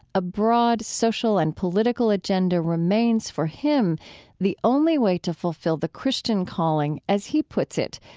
a broad social and political agenda remains for him the only way to fulfill the christian calling, as he puts it,